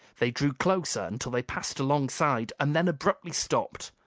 they drew closer until they passed alongside and then abruptly stopped.